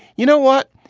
you know what?